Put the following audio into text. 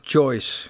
Choice